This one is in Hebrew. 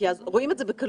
הברכייה רואים את זה בקלות.